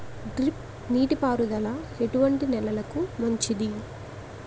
Drip నీటి పారుదల ఎటువంటి నెలలకు మంచిది?